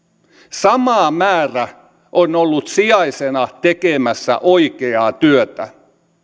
sama määrä on ollut sijaisina tekemässä oikeaa työtä